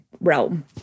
realm